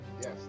Yes